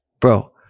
bro